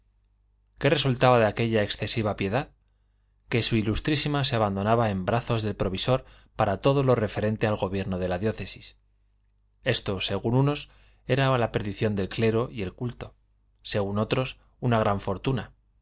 qué resultaba de aquella excesiva piedad que s i se abandonaba en brazos del provisor para todo lo referente al gobierno de la diócesis esto según unos era la perdición del clero y el culto según otros una gran fortuna